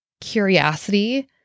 curiosity